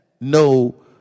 no